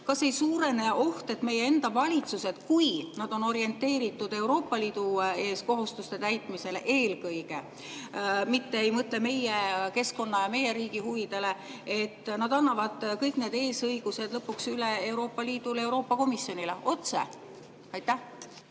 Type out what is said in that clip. kas ei suurene oht, et meie enda valitsused, kui nad on orienteeritud eelkõige Euroopa Liidu kohustuste täitmisele, ei mõtle mitte meie keskkonna ja meie riigi huvidele, vaid annavad kõik need eesõigused lõpuks üle Euroopa Liidule, otse Euroopa Komisjonile. Aitäh,